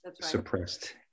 suppressed